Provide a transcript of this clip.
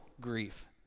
grief